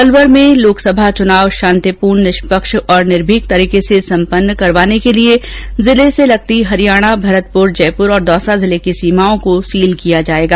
अलवर जिले में लोकसभा चुनाव शांतिपूर्ण निष्पक्ष और निर्भीक तरीके से सम्पन्न करवाने के लिए जिले से लगती हरियाणा भरतपुर जयपुर और दौसा जिले की सीमाओं को सील बंद किया जाएगा